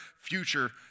future